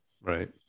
Right